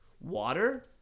water